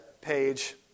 page